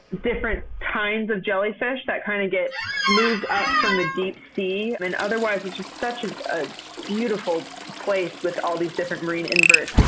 different kinds of jellyfish that kind of get moved up from the deep sea. and otherwise, it's such a beautiful place with all these different marine inverts.